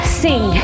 sing